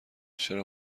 چرا